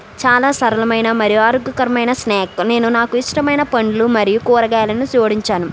చాలా సరళమైన మరియు ఆరోగ్యకరమైన స్నాక్ నేను నాకు ఇష్టమైన పండ్లు మరియు కూరగాయలను జోడించాను